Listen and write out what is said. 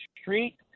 street